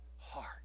heart